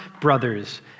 brothers